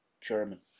German